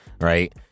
Right